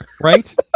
Right